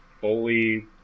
fully